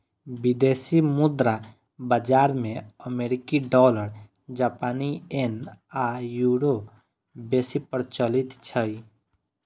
विदेशी मुद्रा बाजार मे अमेरिकी डॉलर, जापानी येन आ यूरो बेसी प्रचलित छै